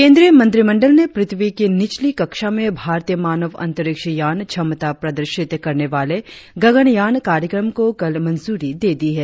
केंद्रीय मंत्रिमंडल ने पृथ्वी की निचली कक्षा में भारतीय मानव अंतरिक्ष यान क्षमता प्रदर्शित करने वाले गगनयान कार्यक्रम को कल मंजूरी दे दी है